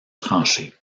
tranchée